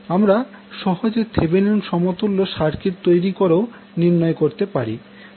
আমরা সহজে থেভেনিন সমতুল্য সার্কিট তৈরি করেও নির্ণয় করতে পারি